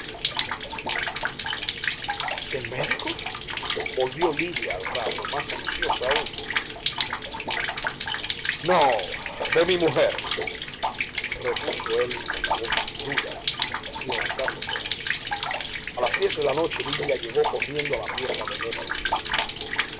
del médico volvió lidia al rato más ansiosa aún no de mi mujer repuso él con la voz dura sin levantar los ojos a las diez de la noche lidia llegó corriendo a la pieza de nébel